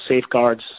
safeguards